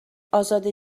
ازاده